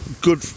good